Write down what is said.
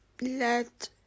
let